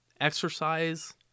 Exercise